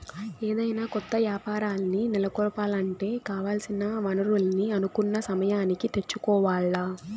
ఏదైనా కొత్త యాపారాల్ని నెలకొలపాలంటే కావాల్సిన వనరుల్ని అనుకున్న సమయానికి తెచ్చుకోవాల్ల